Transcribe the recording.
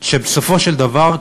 שבסופו של דבר,